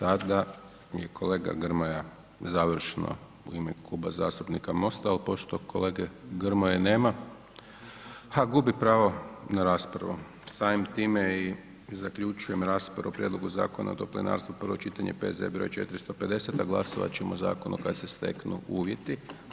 Sada mi je kolega Grmoja završno u ime Kluba zastupnika MOST-a ali pošto kolege Grmoje nema, gubi pravo na raspravu, samim time i zaključujem raspravu Prijedloga Zakona o toplinarstvu, prvo čitanje, P.Z. br. 450 a glasovat ćemo o zakonu kad se steknu uvjeti.